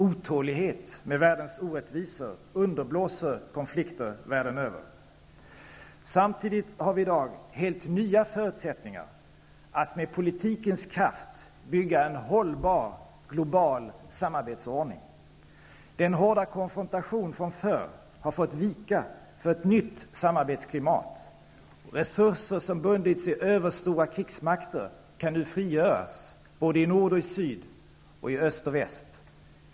Otålighet med världens orättvisor underblåser konflikter världen över. Samtidigt har vi i dag helt nya förutsättningar att med politikens kraft bygga en hållbar global samarbetsordning. Den hårda konfrontationen från förr har fått vika för ett nytt samarbetsklimat. Resurser som bundits i överstora krigsmakter kan nu frigöras både i nord och syd och i öst och väst.